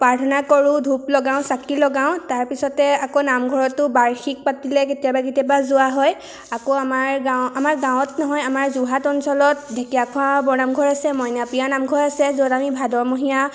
প্ৰাৰ্থনা কৰোঁ ধূপ লগাওঁ চাকি লগাওঁ তাৰপিছতে আকৌ নামঘৰতো বাৰ্ষিক পাতিলে কেতিয়াবা কেতিয়াবা যোৱা হয় আকৌ আমাৰ গাঁৱত আমাৰ গাঁৱত নহয় আমাৰ যোৰহাট অঞ্চলত ঢেকীয়াখোৱা বৰ নামঘৰ আছে মইনাপিয়া নামঘৰ আছে য'ত আমি ভাদমহীয়া